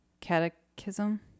catechism